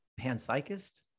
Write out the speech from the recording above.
panpsychist